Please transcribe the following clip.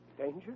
Danger